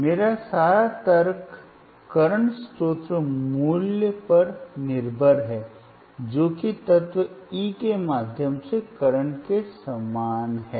मेरा सारा तर्क करंट स्रोत मूल्य पर निर्भर है जो कि तत्व E के माध्यम से करंट के समान है